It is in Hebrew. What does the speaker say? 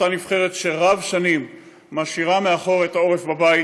שהרבה שנים משאירה מאחור את העורף בבית,